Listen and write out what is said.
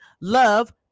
love